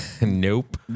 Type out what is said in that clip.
Nope